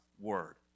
word